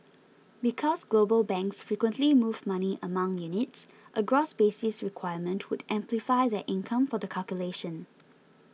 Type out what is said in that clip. because global banks frequently move money among units a gross basis requirement would amplify their income for the calculation